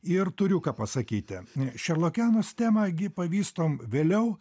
ir turiu ką pasakyti šerlokianos temą gi pavystom vėliau